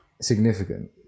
significant